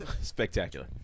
Spectacular